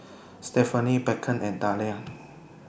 Stephenie Beckham and Dahlia